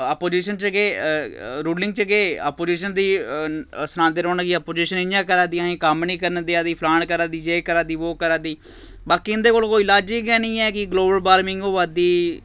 opposition च गै ruling च गै आपोजिशन दी सनांदे रौह्ना कि अपोजिशन इ'यां करा दी असेंगी कम्म निं कर देआ दी फलान करा दी जे करा दी वो करा दी बाकी इं'दे कोल कोई लज्ज गै निं ऐ कि ग्लोबल वार्मिंग होआ दी